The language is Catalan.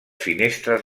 finestres